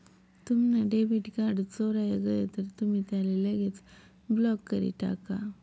तुम्हना debit card चोराय गय तर तुमी त्याले लगेच ब्लॉक करी टाका